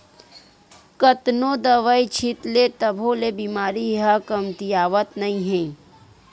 कतनो दवई छित ले तभो ले बेमारी ह कमतियावत नइ हे